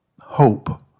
hope